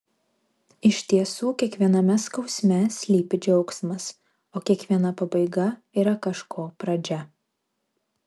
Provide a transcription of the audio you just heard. iš tiesų kiekviename skausme slypi džiaugsmas o kiekviena pabaiga yra kažko pradžia